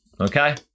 Okay